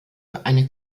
eine